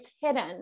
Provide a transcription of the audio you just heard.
hidden